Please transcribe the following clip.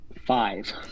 Five